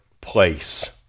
Place